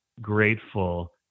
grateful